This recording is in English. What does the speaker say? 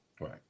Right